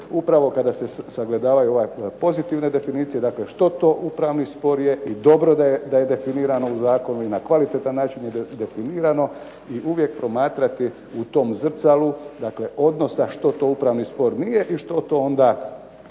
upravo kada se sagledavaju ove pozitivne definicije, dakle što to upravni spor je i dobro da je definirano u zakonu i na kvalitetan način je definirano i uvijek promatrati u tom zrcalu, dakle odnosa što to upravni spor nije i što to onda